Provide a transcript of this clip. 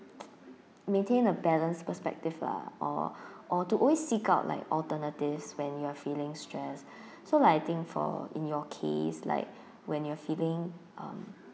maintain a balanced perspective lah or or to always seeks out like alternatives when you are feeling stressed so like I think for in your case like when you know are feeling um